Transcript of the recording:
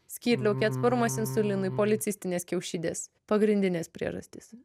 skydliaukė atsparumas insulinui policistinės kiaušidės pagrindinės priežastys